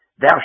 Thou